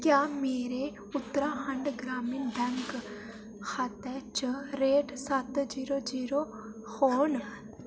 क्या मेरे उत्तराखंड ग्रामीण बैंक खाते च रेट सत्त जीरो जीरो होन